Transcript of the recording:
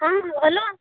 हा हॅलो